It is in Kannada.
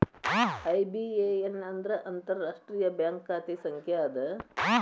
ಐ.ಬಿ.ಎ.ಎನ್ ಅಂದ್ರ ಅಂತಾರಾಷ್ಟ್ರೇಯ ಬ್ಯಾಂಕ್ ಖಾತೆ ಸಂಖ್ಯಾ ಅದ